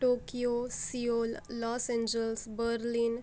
Tokyo Seoul Los Angeles Berlin